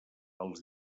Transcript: als